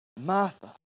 Martha